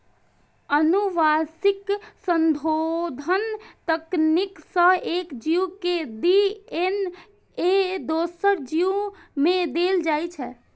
आनुवंशिक संशोधन तकनीक सं एक जीव के डी.एन.ए दोसर जीव मे देल जाइ छै